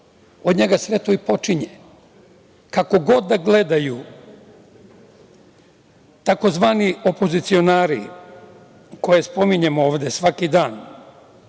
od njega sve to počinje. Kako god da gledaju tzv. opozicionari koje spominjemo ovde svaki dan,